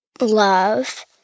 love